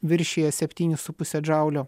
viršija septynis su puse džaulio